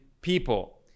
people